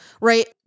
right